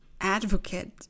advocate